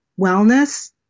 wellness